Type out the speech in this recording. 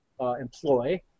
employ